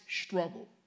struggle